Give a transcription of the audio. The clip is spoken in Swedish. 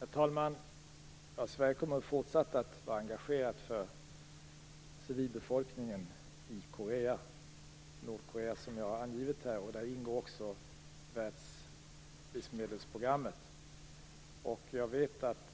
Herr talman! Sverige kommer fortsatt att vara engagerat för civilbefolkningen i Nordkorea, som jag har angivit. Där ingår också Världslivsmedelsprogrammet. Jag vet att